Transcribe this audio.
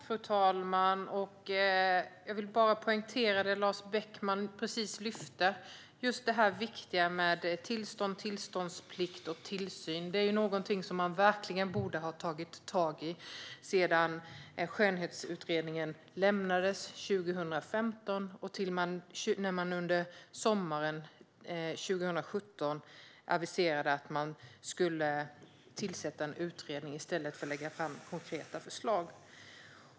Fru talman! Jag vill poängtera det som Lars Beckman lyfte fram om tillstånd, tillståndsplikt och tillsyn. Det är någonting som man verkligen borde ha tagit tag i sedan den så kallade Skönhetsutredningen överlämnades 2015 och sedan man aviserade att man skulle tillsätta en utredning i stället för att lägga fram konkreta förslag.